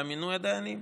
למינוי דיינים?